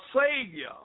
savior